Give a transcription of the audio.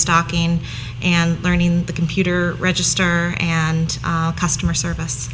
stocking and learning the computer register and customer service